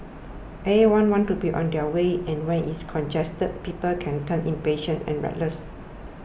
everyone wants to be on their way and when it's congested people can turn impatient and reckless